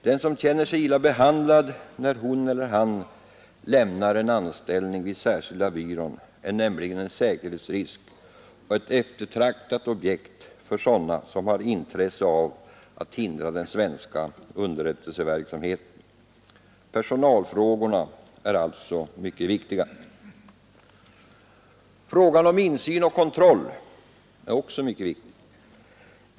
Den som känner sig illa behandlad när hon eller han lämnar en anställning vid särskilda byrån är nämligen en säkerhetsrisk och ett eftertraktat objekt för sådana som har intresse av att hindra den svenska underrättelseverksamheten. Personalfrågorna är alltså mycket viktiga. Frågan om insyn och kontroll är också mycket viktig.